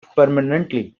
permanently